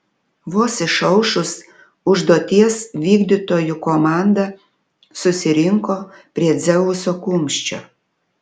vos išaušus užduoties vykdytojų komanda susirinko prie dzeuso kumščio